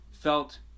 felt